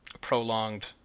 prolonged